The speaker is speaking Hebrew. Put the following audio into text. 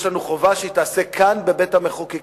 יש לנו חובה שהיא תיעשה כאן, בבית-המחוקקים.